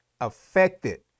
affected